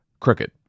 CROOKED